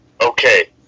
okay